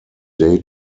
day